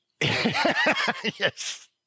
Yes